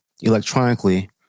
electronically